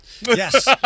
Yes